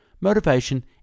motivation